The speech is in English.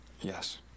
Yes